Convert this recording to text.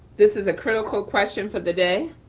this is a critical question for the day.